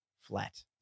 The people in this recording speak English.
flat